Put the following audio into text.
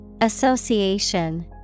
Association